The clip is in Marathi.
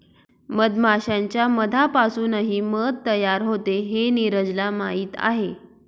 मधमाश्यांच्या मधापासूनही मध तयार होते हे नीरजला माहीत आहे